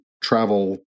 travel